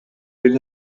бир